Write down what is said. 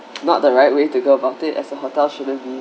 not the right way to go about it as a hotel shouldn't be